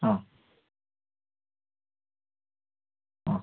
ആ ആ